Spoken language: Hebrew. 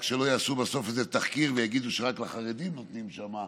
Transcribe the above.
רק שלא יעשו בסוף איזה תחקיר ויגידו שרק לחרדים נותנים שם,